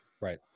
Right